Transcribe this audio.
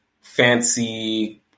fancy